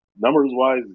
Numbers-wise